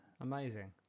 amazing